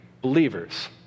believers